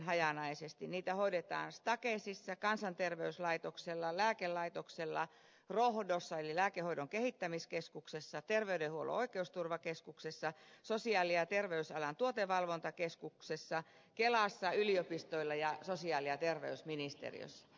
niitä hoidetaan stakesissa kansanterveyslaitoksella lääkelaitoksella rohdossa eli lääkehoidon kehittämiskeskuksessa terveydenhuollon oikeusturvakeskuksessa sosiaali ja terveysalan tuotevalvontakeskuksessa kelassa yliopistoissa ja sosiaali ja terveysministeriössä